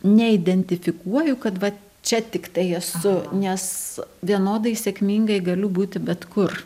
neidentifikuoju kad vat čia tiktai esu nes vienodai sėkmingai galiu būti bet kur